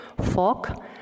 fog